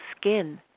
skin